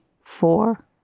four